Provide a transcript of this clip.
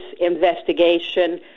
investigation